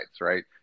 right